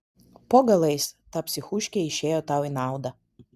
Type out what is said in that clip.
po galais ta psichuškė išėjo tau į naudą